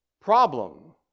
problem